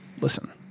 listen